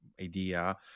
idea